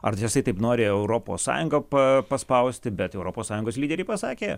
ar jisai taip nori europos sąjungą pa paspausti bet europos sąjungos lyderiai pasakė